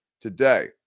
today